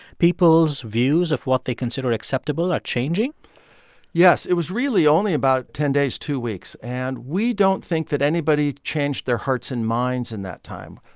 people's views of what they consider acceptable are changing yes. it was really only about ten days, two weeks. and we don't think that anybody changed their hearts and minds in that time.